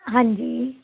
ਹਾਂਜੀ